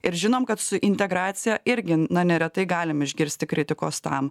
ir žinom kad su integracija irgi neretai galim išgirsti kritikos tam